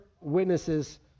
witnesses